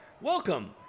Welcome